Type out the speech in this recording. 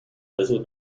little